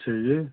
चाहिए